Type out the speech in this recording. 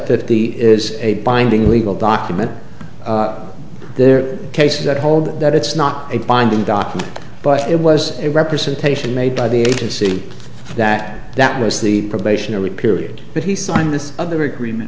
the is a binding legal document there are cases that hold that it's not a binding document but it was a representation made by the agency that that was the probationary period but he signed this other agreement